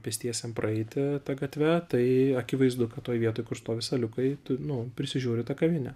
pėstiesiem praeiti ta gatve tai akivaizdu kad toj vietoj kur stovi staliukai tu nu prisižiūri ta kavinė